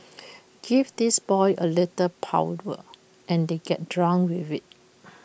give these boys A little power and they get drunk with IT